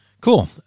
cool